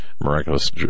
miraculous